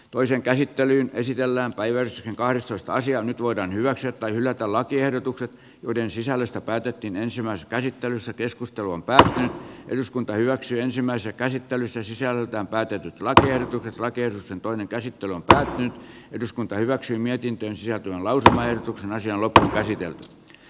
toisen käsittelyn esitellään päiväys kahdestoista sija nyt voidaan hyväksyä tai hylätä lakiehdotukset joiden sisällöstä päätettiin ensimmäisessä käsittelyssä keskusteluun pääsee eduskunta hyväksyi ensimmäisen käsittelyn se sisältää väitetyt latojen rakennusten toinen käsittely käydään eduskunta hyväksyi mietintönsä välttämään naisia ollut käsityöt